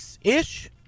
ish